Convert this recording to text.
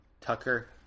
Tucker